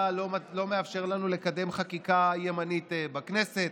אתה לא מאפשר לנו לקדם חקיקה ימנית בכנסת,